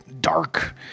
dark